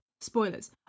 spoilers